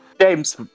James